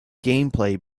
gameplay